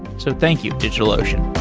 so thank you, digitalocean